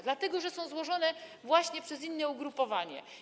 Dlatego, że są złożone właśnie przez inne ugrupowanie.